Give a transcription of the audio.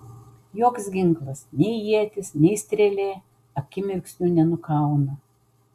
joks ginklas nei ietis nei strėlė akimirksniu nenukauna